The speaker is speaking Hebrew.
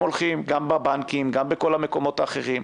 הולכים גם בבנקים גם בכל המקומות האחרים.